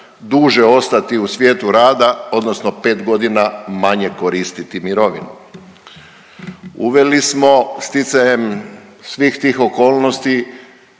duže ostati u svijetu rada odnosno 5 godina manje koristiti mirovinu. Uveli smo sticajem svih tih okolnosti